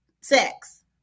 sex